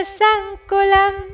sankulam